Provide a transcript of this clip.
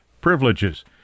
privileges